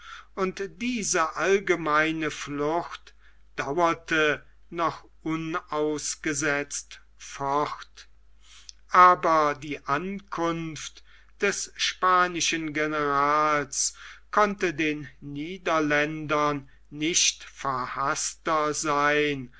und diese allgemeine flucht dauerte noch unausgesetzt fort strada l c aber die ankunft des spanischen generals konnte den niederländern nicht verhaßter sein